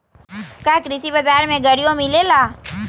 का कृषि बजार में गड़ियो मिलेला?